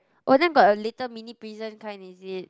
oh then got a little mini prison kind is it